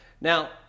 Now